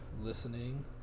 listening